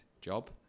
job